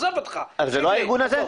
אז זה לא הארגון הזה?